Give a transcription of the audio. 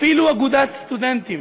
אפילו אגודת הסטודנטים,